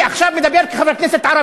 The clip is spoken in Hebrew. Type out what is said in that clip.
אני עכשיו מדבר כחבר כנסת ערבי.